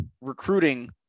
recruiting